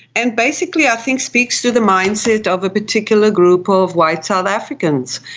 and basically i think speaks to the mindset of a particular group of white south africans.